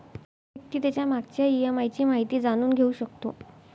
व्यक्ती त्याच्या मागच्या ई.एम.आय ची माहिती जाणून घेऊ शकतो